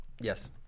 Yes